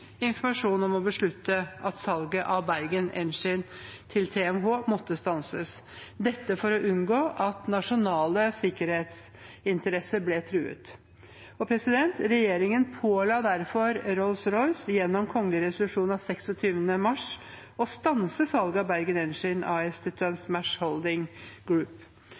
informasjon til å beslutte at salget av Bergen Engines til TMH måtte stanses – dette for å unngå at nasjonale sikkerhetsinteresser ble truet. Regjeringen påla derfor Rolls-Royce, gjennom kongelig resolusjon av 26. mars, å stanse salget av Bergen Engines AS til Transmashholding Group.